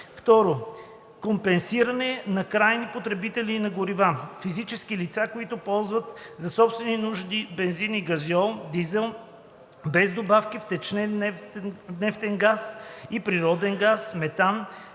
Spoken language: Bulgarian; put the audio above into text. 2. Компенсиране на крайни потребители на горива – физически лица, които ползват за собствени нужди бензин и газьол (дизел), без добавки втечнен нефтен газ (LPG или пропан-бутан)